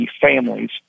families